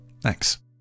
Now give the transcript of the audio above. Thanks